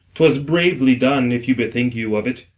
twas bravely done, if you bethink you of it.